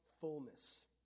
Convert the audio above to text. fullness